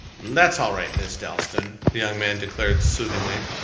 that's all right, miss dalstan, the young man declared soothingly.